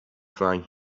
find